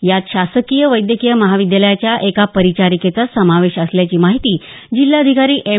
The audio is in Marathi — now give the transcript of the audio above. यात शासकीय वैद्यकीय महाविद्यालयाच्या एका परिचारिकेचा समावेश असल्याची माहिती जिल्हाधिकारी एम